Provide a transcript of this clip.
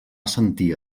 sentir